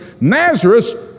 Nazareth